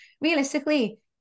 realistically